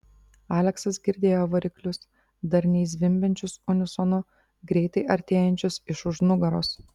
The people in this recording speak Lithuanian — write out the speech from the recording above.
aleksas girdėjo variklius darniai zvimbiančius unisonu greitai artėjančius iš už nugaros